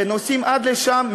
שנוסעים עד לשם,